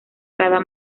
cada